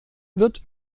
wird